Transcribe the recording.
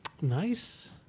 Nice